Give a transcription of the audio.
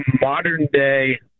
modern-day